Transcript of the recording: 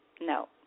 No